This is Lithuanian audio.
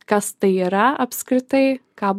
kas tai yra apskritai ką